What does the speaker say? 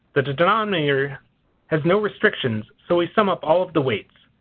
the denominator has no restrictions so we sum up all of the weights.